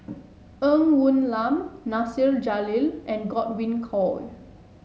Ng Woon Lam Nasir Jalil and Godwin Koay